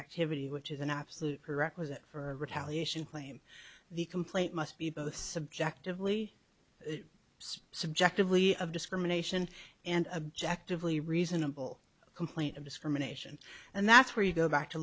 activity which is an absolute prerequisite for a retaliation claim the complaint must be both subjectively it subjectively of discrimination and objective lee reasonable complaint of discrimination and that's where you go back to